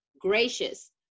gracious